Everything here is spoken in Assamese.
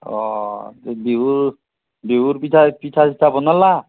বিহুৰ বিহুৰ পিঠা চিঠা বনালা